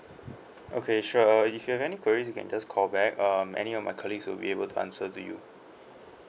okay sure uh if you have any queries you can just call back um any of my colleagues will be able to answer to you